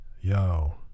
yo